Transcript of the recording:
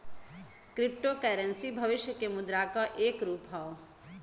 crypto currency भविष्य के मुद्रा क एक रूप हौ